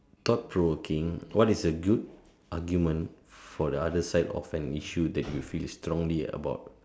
thought provoking what is a good argument for the other side of an issue that you feel strongly about